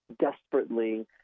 desperately